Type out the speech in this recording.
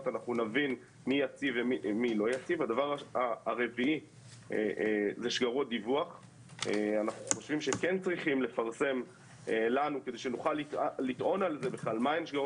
באמת משרד הבריאות ביקש שאותו סכום הכולל של המודל